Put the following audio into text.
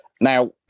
Now